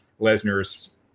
Lesnar's